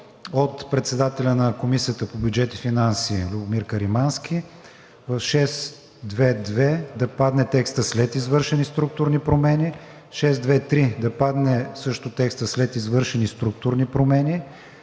от председателя на Комисията по бюджет и финанси Любомир Каримански: в 6.2.2 да падне текстът „след извършени структурни промени“; в 6.2.3 да падне текстът „след извършени структурни промени“